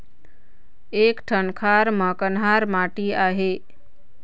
एक ठन खार म कन्हार माटी आहे?